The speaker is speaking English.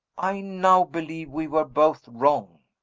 i now believe we were both wrong.